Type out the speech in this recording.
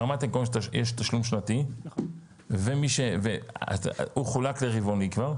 ברמת העיקרון יש תשלום שנתי שחולק כבר לרבעוני,